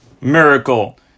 miracle